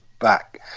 back